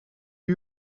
eut